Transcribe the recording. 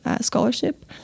scholarship